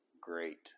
great